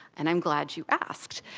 and i'm glad you asked.